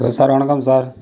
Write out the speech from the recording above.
hello sir வணக்கம் sir